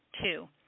Two